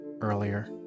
earlier